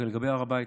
לגבי הר הבית,